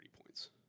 points